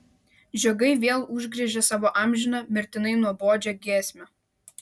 žiogai vėl užgriežė savo amžiną mirtinai nuobodžią giesmę